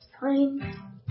Fine